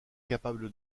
capable